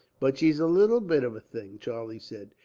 but she's a little bit of a thing, charlie said.